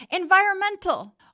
Environmental